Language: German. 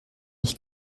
ich